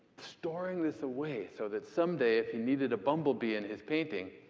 storing this away so that someday, if he needed a bumblebee in his painting,